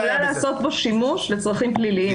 היא יכולה לעשות בו שימוש לצרכים פליליים.